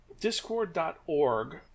discord.org